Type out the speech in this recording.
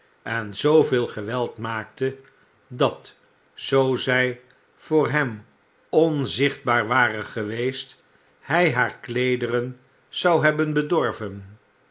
en zooveel geweld maakte dat zoo zy voor hem onzichtbaar ware geweest hy haar kleederen zou hebben bedorven